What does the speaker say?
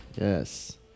Yes